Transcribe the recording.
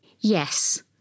Yes